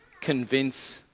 convince